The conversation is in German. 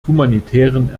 humanitären